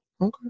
okay